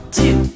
two